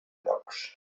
grocs